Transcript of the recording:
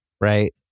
right